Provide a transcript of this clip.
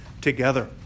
together